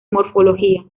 morfología